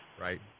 Right